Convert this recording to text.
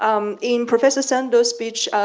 um in professor sandel's speech,